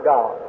God